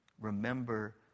Remember